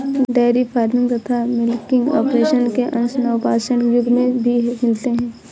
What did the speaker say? dairy farming तथा milking operation के अंश नवपाषाण युग में भी मिलते हैं